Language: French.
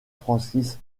francis